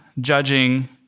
judging